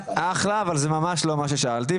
אחלה, אבל זה לא מה ששאלתי.